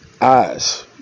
eyes